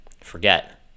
forget